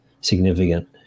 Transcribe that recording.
significant